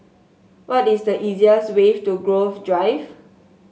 what is the easiest way to Grove Drive